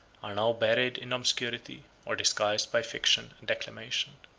are now buried in obscurity, or disguised by fiction and declamation.